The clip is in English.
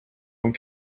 one